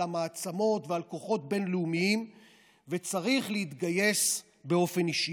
המעצמות ועל כוחות בין-לאומיים וצריך להתגייס באופן אישי.